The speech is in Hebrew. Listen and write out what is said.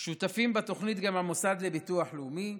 שותפים בתוכנית גם המוסד לביטוח לאומי,